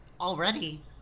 already